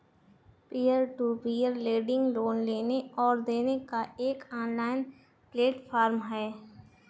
peer to peer lending loan लेने और देने का एक ऑनलाइन प्लेटफ़ॉर्म है